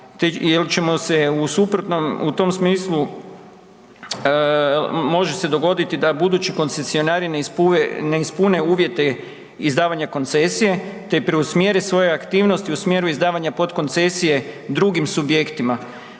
u tom smislu, može se dogoditi da budući koncesionari ne ispune uvjete izdavanja koncesije te preusmjere svoje aktivnosti u smjeru izdavanja podkoncesije drugim subjektima.